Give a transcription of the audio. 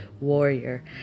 warrior